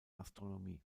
astronomie